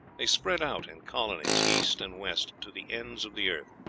they spread out in colonies east and west to the ends of the earth.